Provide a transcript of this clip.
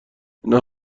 اینا